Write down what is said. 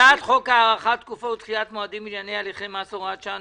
הצעת חוק הארכת תקופות ודחיית מועדים בענייני הליכי מס (הוראת שעה,